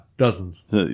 Dozens